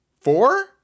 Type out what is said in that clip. four